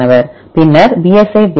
மாணவர் பின்னர் psi BLAST